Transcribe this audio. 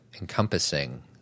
encompassing